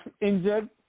injured